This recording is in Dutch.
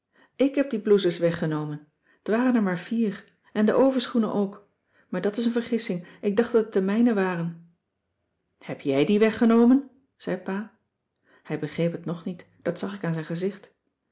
ik heb die blouses weggenomen t waren er maar vier en de overschoenen ook maar dat is een vergissing ik dacht dat het de mijne waren heb jij die weggenomen zei pa hij begreep het nog niet dat zag ik aan zijn gezicht